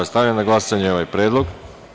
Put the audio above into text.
Stavljam na glasanje ovaj predlog.